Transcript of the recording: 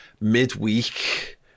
midweek